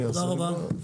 הישיבה ננעלה בשעה